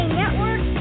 network